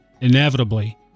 inevitably